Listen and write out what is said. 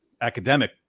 academic